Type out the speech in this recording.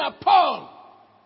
Paul